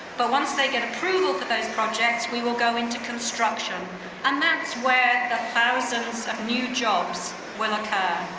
but once they get approval for those projects, we will go into construction and that's where the thousands of new jobs will occur.